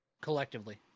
collectively